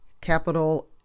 capital